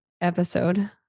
episode